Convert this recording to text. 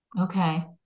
okay